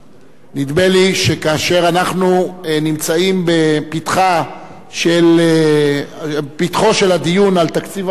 נדמה לי שכאשר אנחנו נמצאים בפתחו של הדיון על תקציב המדינה,